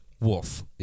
wolf